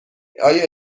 آیا